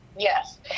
Yes